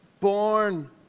Born